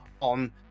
on